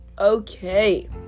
Okay